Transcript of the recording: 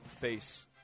face